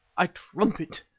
i trumpet!